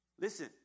Listen